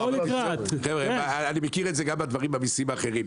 אני מכיר את זה גם עם מיסים אחרים.